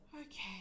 okay